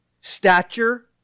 stature